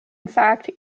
fact